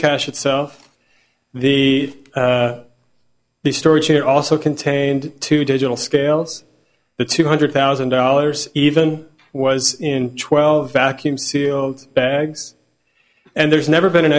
cache itself the the storage unit also contained two digital scales the two hundred thousand dollars even was in twelve vacuum sealed bags and there's never been an